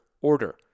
order